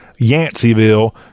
Yanceyville